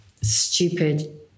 Stupid